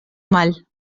mal